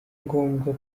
ngombwa